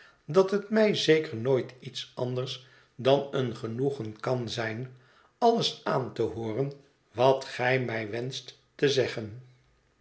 dat het mij zeker nooit iets anders dan een genoegen kan zijn alles aan te hooren wat ge mij wenscht te zeggen